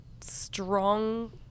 strong